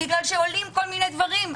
כי עולים דברים,